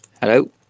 Hello